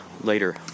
later